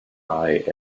eye